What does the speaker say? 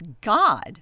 God